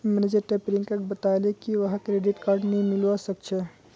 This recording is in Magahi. मैनेजर टा प्रियंकाक बताले की वहाक क्रेडिट कार्ड नी मिलवा सखछे